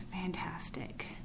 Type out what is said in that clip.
fantastic